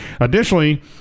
Additionally